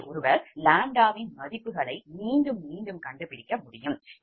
எனவே ஒருவர் 𝜆 மதிப்புகளை மீண்டும் மீண்டும் கண்டுபிடிக்க முடியும்